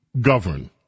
govern